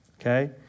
okay